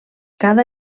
cada